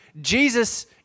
Jesus